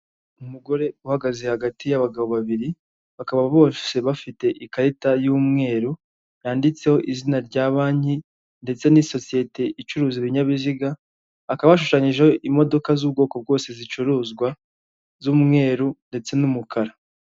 Umugore uhagaze hagati y'abagabo babiri, bakaba bose bafite ikarita y'umweru yanditseho izina rya banki ndetse n'isosiyete icuruza ibinyabiziga, hakaba hashushanyijeho imodoka z'ubwoko bwose zicuruzwa z'umweruru ndetse n'umukara.